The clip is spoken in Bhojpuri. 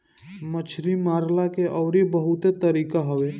मछरी मारला के अउरी बहुते तरीका हवे